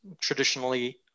traditionally